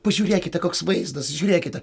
pažiūrėkite koks vaizdas žiūrėkite